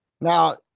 Now